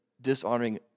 dishonoring